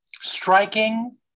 Striking